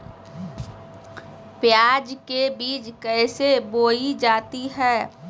प्याज के बीज कैसे बोई जाती हैं?